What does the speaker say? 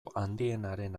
handienaren